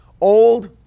Old